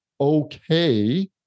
okay